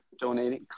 Donating